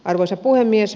arvoisa puhemies